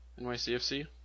NYCFC